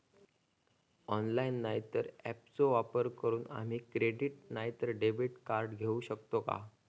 Online नाय तर ऍपचो वापर करून आम्ही क्रेडिट नाय तर डेबिट कार्ड घेऊ शकतो का?